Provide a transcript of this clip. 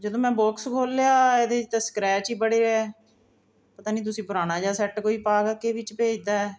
ਜਦੋ ਮੈਂ ਬੋਕਸ ਖੋਲਿਆ ਇਹਦੇ 'ਚ ਤਾਂ ਸਕਰੈਂਚ ਹੀ ਬੜੇ ਹੈ ਪਤਾ ਨਹੀਂ ਤੁਸੀਂ ਪੁਰਾਣਾ ਜਿਹਾ ਸੈੱਟ ਕੋਈ ਪਾ ਕੇ ਵਿੱਚ ਭੇਜ ਤਾ ਹੈ